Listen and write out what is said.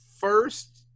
first